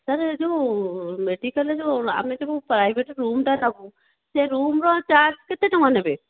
sir ଏ ଯେଉଁ ମେଡ଼ିକାଲ୍ରେ ଯେଉଁ ଆମେ ଯେଉଁ ପ୍ରାଇଭେଟ୍ ରୁମ୍ଟା ନେବୁ ସେ ରୁମ୍ର ଚାର୍ଜ୍ କେତେ ଟଙ୍କା ନେବେ